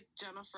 Jennifer